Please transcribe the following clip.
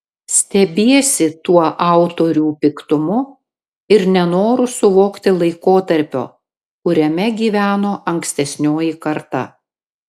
stebiesi tuo autorių piktumu ir nenoru suvokti laikotarpio kuriame gyveno ankstesnioji karta